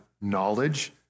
knowledge